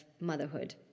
motherhood